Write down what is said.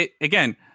again